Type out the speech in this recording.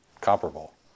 comparable